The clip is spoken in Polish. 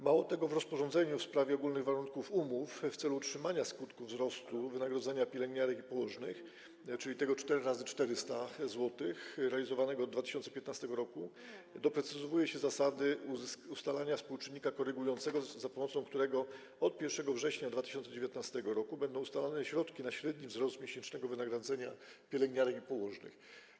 Mało tego, w rozporządzeniu w sprawie ogólnych warunków umów w celu utrzymania skutków wzrostu wynagrodzenia pielęgniarek i położnych, czyli tego 4 x 400 zł realizowanego od 2015 r., doprecyzowuje się zasady ustalania współczynnika korygującego, za pomocą którego od 1 września 2019 r. będą ustalane środki na średni wzrost miesięcznego wynagrodzenia pielęgniarek i położnych.